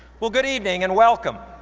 well good evening, and welcome.